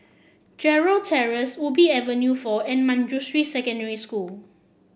Gerald Terrace Ubi Avenue Four and Manjusri Secondary School